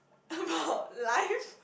about life